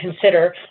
consider